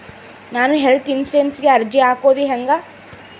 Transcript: ನಾನು ಹೆಲ್ತ್ ಇನ್ಸುರೆನ್ಸಿಗೆ ಅರ್ಜಿ ಹಾಕದು ಹೆಂಗ?